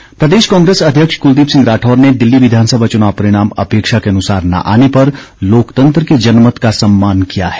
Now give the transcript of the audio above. राठौर प्रदेश कांग्रेस अध्यक्ष कुलदीप सिंह राठौर ने दिल्ली विधानसभा चुनाव परिणाम अपेक्षा के अनुसार न आने पर लोकतंत्र के जनमत का सम्मान किया है